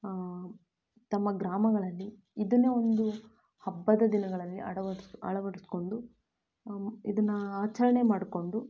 ತಮ್ಮ ಗ್ರಾಮಗಳಲ್ಲಿ ಇದನ್ನ ಒಂದು ಹಬ್ಬದ ದಿನಗಳಲ್ಲಿ ಆಳವಡಿಸಿ ಅಳವಡಿಸ್ಕೊಂಡು ಇದನ್ನು ಆಚರಣೆ ಮಾಡಿಕೊಂಡು